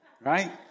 right